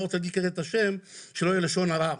אני לא רוצה להגיד את השם כדי שלא יהיה לשון הרע,